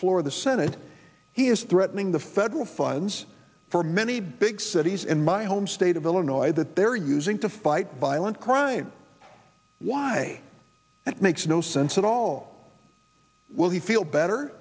floor of the senate he is threatening the federal funds for many big cities in my home state of illinois that they're using to fight bile and crime why it makes no sense at all will he feel better